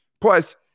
Plus